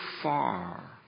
far